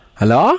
Hello